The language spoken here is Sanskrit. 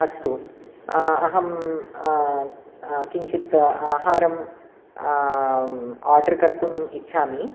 अस्तु अहं किञ्चित् आहारं आडर् कर्तुम् इच्छामि